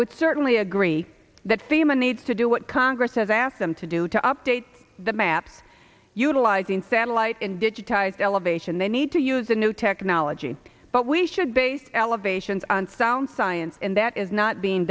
would certainly agree that feynman needs to do what congress has asked them to do to update the maps utilizing satellite and digitized elevation they need to use the new technology but we should base elevations on sound science and that is not being